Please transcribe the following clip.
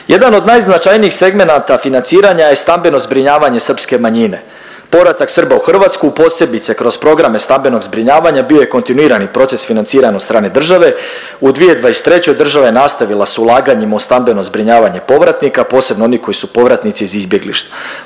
Jedan od najznačajnijih segmenata financiranja je stambeno zbrinjavanje srpske manjine. Povratak Srba u Hrvatsku, posebice kroz programe stambenog zbrinjavanja bio je kontinuirani proces financiran od strane države. U 2023. država je nastavila s ulaganjima u stambeno zbrinjavanje povratnika, posebno onih koji su povratnici iz izbjeglištva.